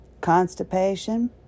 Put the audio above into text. Constipation